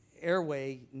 airway